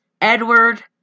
Edward